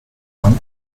round